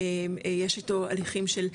יש אתו הליכים של,